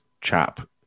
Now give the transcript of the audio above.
chap